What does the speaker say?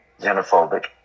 xenophobic